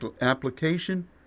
application